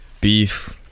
Beef